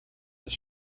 his